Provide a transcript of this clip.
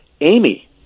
Amy